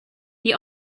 they